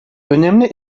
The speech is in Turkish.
önemli